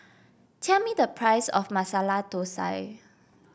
tell me the price of Masala Thosai